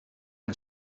een